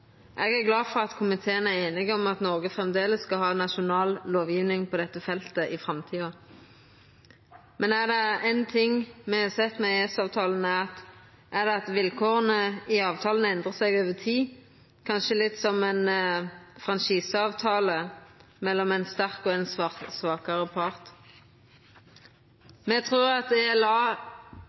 Eg er glad for at komiteen er einig om at Noreg framleis skal ha nasjonal lovgjeving på dette feltet i framtida. Men er det ein ting me har sett med EØS-avtalen, er det at vilkåra i avtalen endrar seg over tid, kanskje litt som ein franchiseavtale mellom ein sterk og ein svakare part. Me trur at